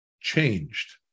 changed